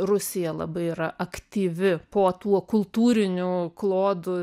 rusija labai yra aktyvi po tuo kultūriniu klodu